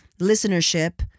listenership